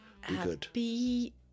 Happy